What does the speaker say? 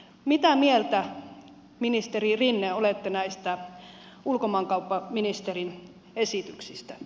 mitä mieltä ministeri rinne olette näistä ulkomaankauppaministerin esityksistä